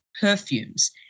perfumes